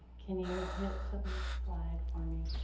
can you hit to the next slide for me.